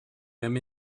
them